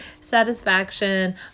Satisfaction